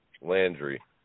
Landry